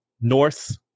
north